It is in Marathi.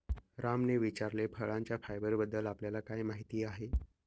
रामने विचारले, फळांच्या फायबरबद्दल आपल्याला काय माहिती आहे?